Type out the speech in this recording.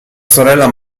sorella